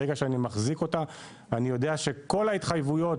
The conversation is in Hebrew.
ברגע שאני מחזיק אותה אני יודע שכל ההתחייבויות